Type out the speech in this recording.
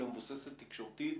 אלא מבוססת תקשורתית,